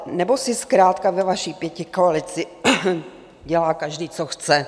Nebo si zkrátka ve vaší pětikoalici dělá každý, co chce?